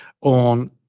on